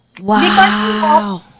Wow